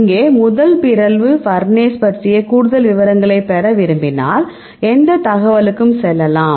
இங்கே முதல் பிறழ்வு பர்னேஸ் பற்றிய கூடுதல் விவரங்களை பெற விரும்பினால் எந்த தகவலுக்கும் செல்லலாம்